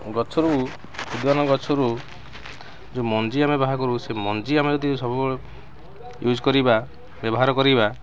ଗଛରୁ ଉଦ୍ୟାନ ଗଛରୁ ଯୋଉ ମଞ୍ଜି ଆମେ ବାହାର୍ କରୁ ସେ ମଞ୍ଜି ଆମେ ଯଦି ସବୁବେଳେ ୟୁଜ୍ କରିବା ବ୍ୟବହାର କରିବା